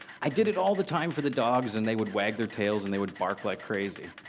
i did it all the time for the dogs, and they would wag their tails and they would bark like crazy.